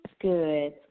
Good